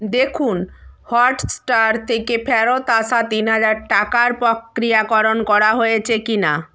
দেখুন হটস্টার থেকে ফেরত আসা তিন হাজার টাকার প্রক্রিয়াকরণ করা হয়েছে কি না